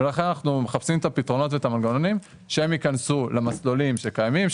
ולכן אנחנו מחפשים את הפתרונות והמנגנונים שהם ייכנסו למסלולים שקיימים,